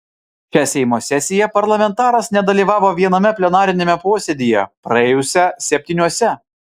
šią seimo sesiją parlamentaras nedalyvavo viename plenariniame posėdyje praėjusią septyniuose